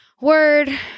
word